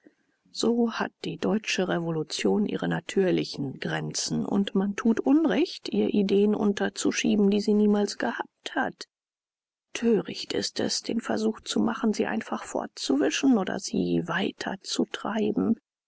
so hat die deutsche revolution ihre natürlichen grenzen und man tut unrecht ihr ideen unterzuschieben die sie niemals gehabt hat töricht ist es den versuch zu machen sie einfach fortzuwischen oder sie weiterzutreiben